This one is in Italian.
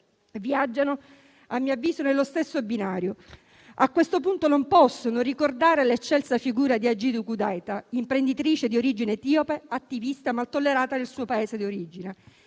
viaggiano sullo stesso binario. A questo punto non posso non ricordare l'eccelsa figura di Agitu Gudeta, imprenditrice di origine etiope e attivista, mal tollerata nel suo Paese di origine.